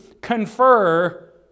confer